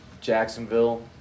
Jacksonville